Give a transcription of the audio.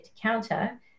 counter